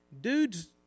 Dudes